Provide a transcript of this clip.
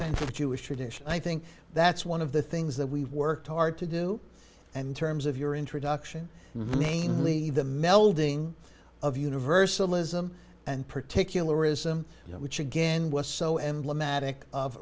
authentic jewish tradition i think that's one of the things that we've worked hard to do and terms of your introduction mainly the melding of universalism and particularism which again was so emblematic of